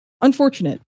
unfortunate